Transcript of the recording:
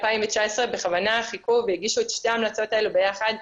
בכוונה חיכו והגישו את שתי ההמלצות האלה ביחד.